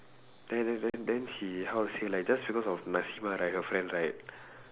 then then then then she how to say like just because of right her friend right